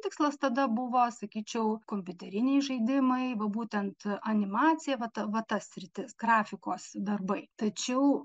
tikslas tada buvo sakyčiau kompiuteriniai žaidimai va būtent animacija va ta va ta sritis grafikos darbai tačiau